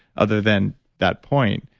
other than that point?